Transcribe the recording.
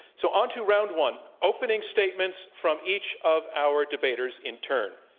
so onto round one, opening statements from each of our debaters in turn.